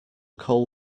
coal